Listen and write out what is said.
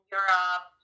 Europe